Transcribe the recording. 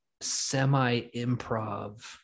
semi-improv